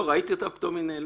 לא, ראיתי אותה, פתאום היא נעלמה.